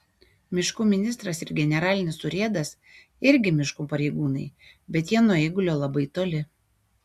miškų ministras ir generalinis urėdas irgi miškų pareigūnai bet jie nuo eigulio labai toli